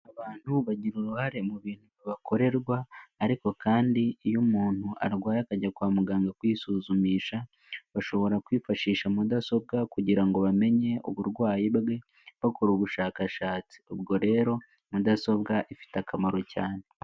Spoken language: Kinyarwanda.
Abantu bagira uruhare mu bintu bibakorerwa ariko kandi iyo umuntu arwaye akajya kwa muganga kwisuzumisha, bashobora kwifashisha mudasobwa kugira ngo bamenye uburwayi bwe bakora ubushakashatsi, ubwo rero mudasobwa ifite akamaro cyane.